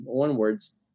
onwards